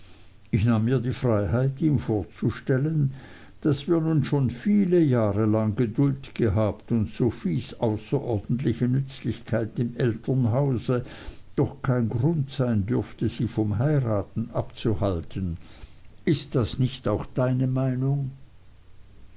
ich nahm mir die freiheit ihm vorzustellen daß wir nun schon viele jahre lang geduld gehabt und sophies außerordentliche nützlichkeit im elternhause doch kein grund sein dürfte sie vom heiraten abzuhalten ist das nicht auch deine meinung